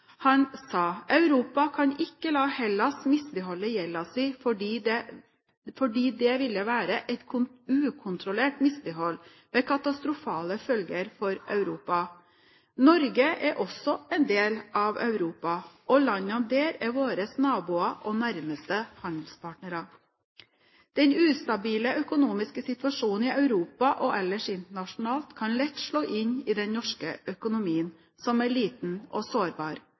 Han sa: «Europa kan ikke la Hellas misligholde gjelden fordi det ville være et ukontrollert mislighold med katastrofale følger for Europa.» Norge er også en del av Europa, og landene der er våre naboer og nærmeste handelspartnere. Den ustabile økonomiske situasjonen i Europa og ellers internasjonalt kan lett slå inn i den norske økonomien, som er liten og sårbar.